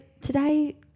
today